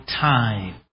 time